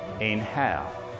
Inhale